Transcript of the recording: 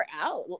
out